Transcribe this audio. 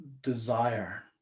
desire